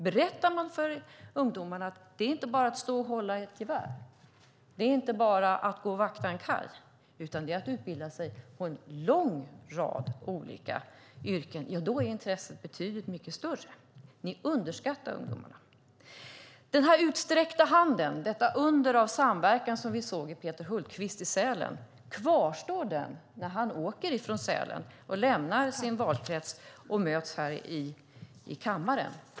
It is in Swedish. Berättar man för ungdomarna om att det inte bara handlar om att stå och hålla i ett gevär eller gå och vakta en kaj utan också handlar om att utbilda sig inom en lång rad olika yrken blir intresset betydligt större. Ni underskattar ungdomarna. Kvarstår den utsträckta hand - detta under av samverkan som vi såg hos Peter Hultqvist i Sälen - när han åker från Sälen och lämnar sin valkrets och när vi möts här i kammaren?